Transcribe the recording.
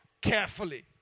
carefully